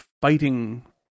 fighting